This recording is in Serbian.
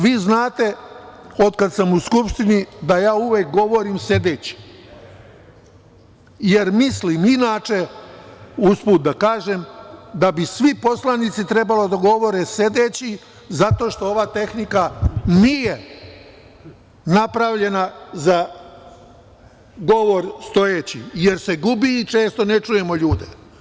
Vi znate otkad sam u Skupštini, da ja uvek govorim sedeći, jer mislim inače, usput da kažem, da bi svi poslanici trebalo da govore sedeći zato što ova tehnika nije napravljena za govor stojeći, jer se gubi i često ne čujemo ljude.